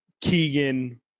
Keegan